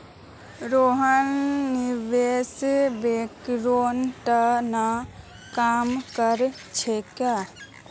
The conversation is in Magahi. रोहन निवेश बैंकिंगेर त न काम कर छेक